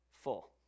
full